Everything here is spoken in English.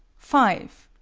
five.